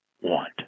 want